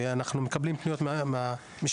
ואנחנו מקבלים פניות מהמשפחות,